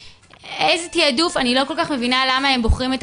אני לא כל כך מבינה למה הם בוחרים את